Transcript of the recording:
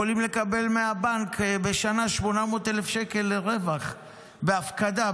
והם יכולים לקבל מהבנק בשנה 800,000 שקל רווח בהפקדה,